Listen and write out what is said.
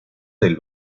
del